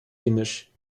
gemisch